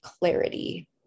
clarity